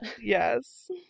yes